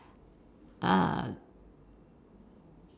err